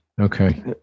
Okay